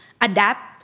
adapt